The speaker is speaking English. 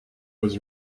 was